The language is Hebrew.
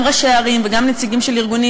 גם ראשי ערים וגם נציגים של ארגונים,